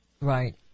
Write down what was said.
Right